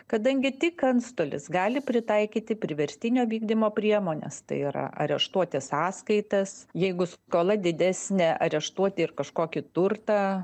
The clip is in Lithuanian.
kadangi tik antstolis gali pritaikyti priverstinio vykdymo priemones tai yra areštuoti sąskaitas jeigu skola didesnė areštuoti ir kažkokį turtą